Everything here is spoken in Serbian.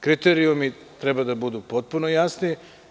Kriterijumi treba da budu potpuno jasni.